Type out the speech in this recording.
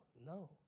No